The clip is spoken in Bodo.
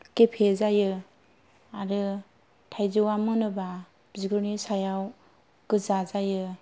गेफे जायो आरो थायजौआ मोनोब्ला बिगुरनि सायाव गोजा जायो